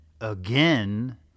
again